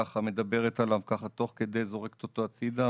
ככה מדברת עליו ככה תוך כדי זורקת אותו הצידה,